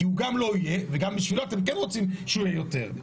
כי הוא גם לא יהיה וגם בשבילו אתם כן רוצים שהוא יהיה יותר.